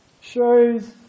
shows